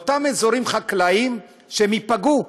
אותם אזורים חקלאיים ייפגעו,